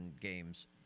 games